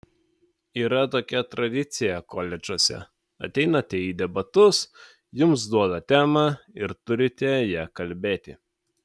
yra tokia tradicija koledžuose ateinate į debatus jums duoda temą ir turite ja kalbėti